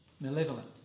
malevolent